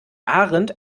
ahrendt